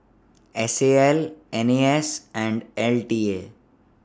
S A L N A S and L T A